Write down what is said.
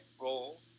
role